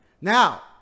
now